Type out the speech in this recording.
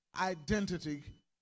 Identity